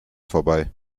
vorbei